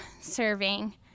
serving